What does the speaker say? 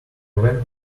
vent